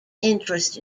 interest